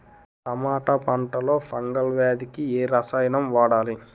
టమాటా పంట లో ఫంగల్ వ్యాధికి ఏ రసాయనం వాడాలి?